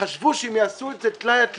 חשבו שאם יעשו את זה טלאי על טלאי,